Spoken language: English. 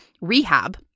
rehab